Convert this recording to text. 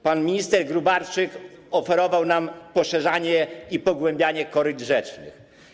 Pan minister Gróbarczyk oferował nam poszerzanie i pogłębianie koryt rzecznych.